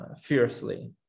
fiercely